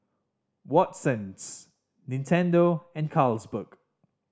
Watsons Nintendo and Carlsberg